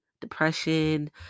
depression